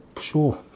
sure